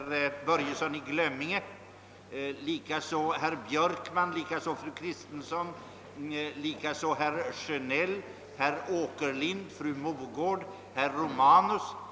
åtgärder för att underlätta processförfarandet för döva och stumma, och